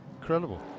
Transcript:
incredible